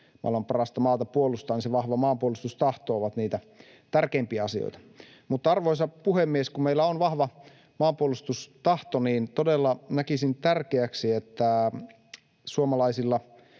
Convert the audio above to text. tätä maailman parasta maata myös puolustaa. Se vahva maanpuolustustahto on niitä tärkeimpiä asioita. Mutta, arvoisa puhemies, kun meillä on vahva maanpuolustustahto, niin todella näkisin tärkeäksi, että suomalaisilla